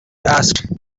asked